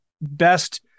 best